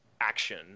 action